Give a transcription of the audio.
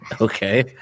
Okay